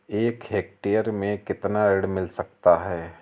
एक हेक्टेयर में कितना ऋण मिल सकता है?